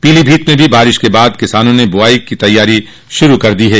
पीलीभीत में भी बारिश के बाद किसानों ने बोआई की तैयारी शुरू कर दी है